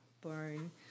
Boring